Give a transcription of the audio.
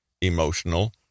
emotional